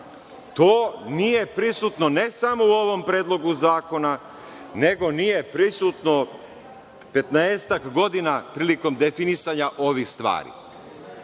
To nije prisutno ne samo u ovom predlogu zakona, nego nije prisutno petnaestak godina prilikom definisanja ovih stvari. Skrenuo